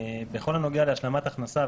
בכל הנוגע להשלמת הכנסה,